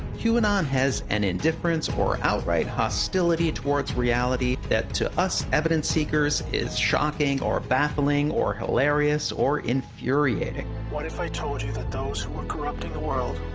and um has an indifference or outright hostility towards reality that to us evidence seekers is shocking or baffling or hilarious or infuriating. what if i told you that those who are corrupting the world,